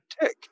tick